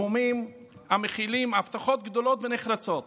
נאומים המכילים הבטחות גדולות ונחרצות